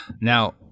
Now